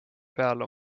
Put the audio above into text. peal